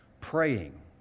praying